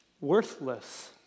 worthless